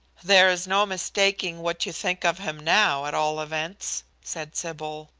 there is no mistaking what you think of him now, at all events, said sybil.